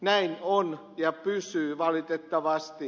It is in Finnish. näin on ja pysyy valitettavasti